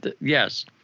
Yes